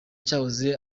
cyahoze